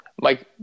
Mike